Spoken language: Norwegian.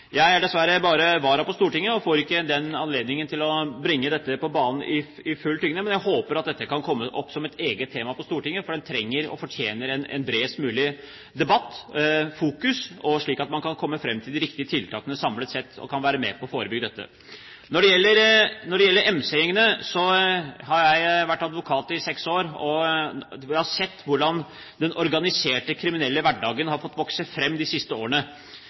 Jeg er dessverre bare vara på Stortinget og får ikke anledning til å bringe dette på banen i full tyngde, men jeg håper at dette kan komme opp som et eget tema på Stortinget, for det trenger og fortjener en bredest mulig debatt og fokusering, slik at man samlet sett kan komme fram til de riktige tiltakene, og kan være med på å forebygge dette. Når det gjelder MC-gjengene: Jeg har vært advokat i seks år, og jeg har sett hvordan den organiserte kriminelle hverdagen har fått vokse fram de siste årene.